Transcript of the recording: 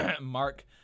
Mark